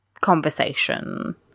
conversation